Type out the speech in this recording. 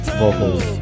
vocals